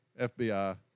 FBI